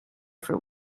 for